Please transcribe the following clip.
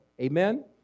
Amen